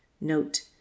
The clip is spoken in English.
Note